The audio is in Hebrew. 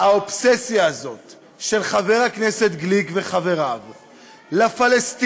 האובססיה הזאת של חבר הכנסת גליק וחבריו לפלסטינים,